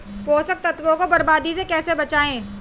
पोषक तत्वों को बर्बादी से कैसे बचाएं?